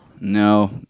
no